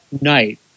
night